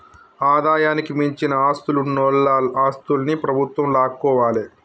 ఆదాయానికి మించిన ఆస్తులున్నోల ఆస్తుల్ని ప్రభుత్వం లాక్కోవాలే